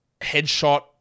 headshot